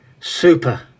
Super